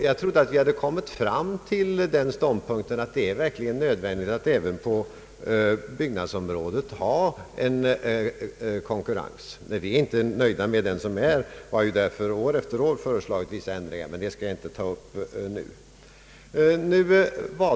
Jag trodde att man hade kommit till den ståndpunkten att det är verkligt nödvändigt att ha en konkurrens även mellan byggnadsföretagen. Vi är inte nöjda med den som är, och vi har därför år efter år föreslagit vissa ändringar. Men det skall jag inte ta upp nu.